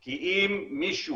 כי אם מישהו